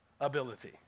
ability